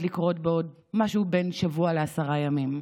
לקרות בעוד משהו בין כשבוע לעשרה ימים.